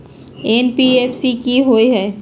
NBFC कि होअ हई?